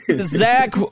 zach